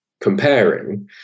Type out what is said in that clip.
comparing